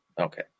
okay